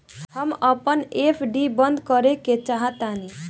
हम अपन एफ.डी बंद करेके चाहातानी